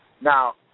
Now